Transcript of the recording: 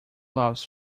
loves